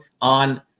on